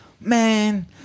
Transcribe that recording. man